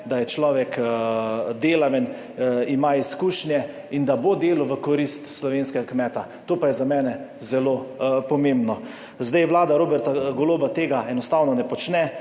da je človek delaven, ima izkušnje, in da bo delal v korist slovenskega kmeta, to pa je za mene zelo pomembno. Zdaj, Vlada Roberta Goloba tega enostavno ne počne,